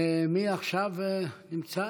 מי עכשיו נמצא?